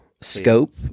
scope